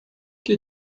que